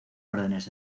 órdenes